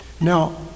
Now